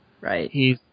Right